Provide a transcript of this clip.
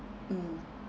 mm